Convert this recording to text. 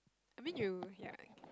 I mean you ya like